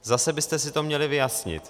Zase byste si to měli vyjasnit.